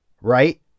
Right